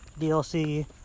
DLC